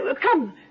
come